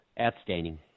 outstanding